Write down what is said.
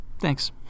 thanks